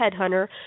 headhunter